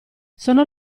sono